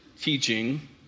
teaching